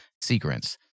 secrets